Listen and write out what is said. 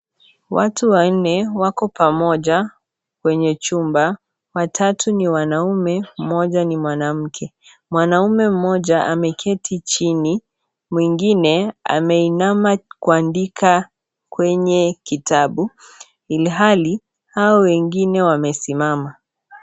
Watu wanne wako pamoja kwenye chumba. Watatu ni wanaume moja ni mwanamke, mwanaume mmoja ameketi chini mwingine ameinama kuandika kwenye kitabu, Ilhali hao wengine wamesimama.